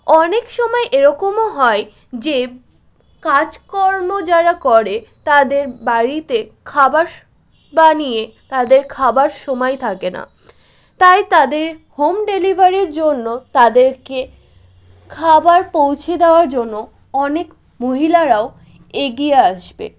অনেক সময় এরকমও হয় যে কাজকর্ম যারা করে তাদের বাড়িতে খাবার স বানিয়ে তাদের খাওয়ার সময় থাকে না তাই তাদের হোম ডেলিভারির জন্য তাদেরকে খাবার পৌঁছে দেওয়ার জন্য অনেক মহিলারাও এগিয়ে আসবে